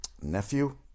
nephew